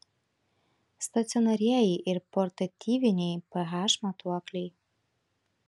stacionarieji ir portatyviniai ph matuokliai